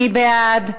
מי בעד?